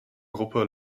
gruppe